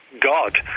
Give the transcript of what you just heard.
God